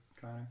Connor